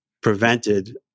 prevented